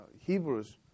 Hebrews